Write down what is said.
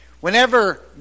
Whenever